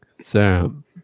Sam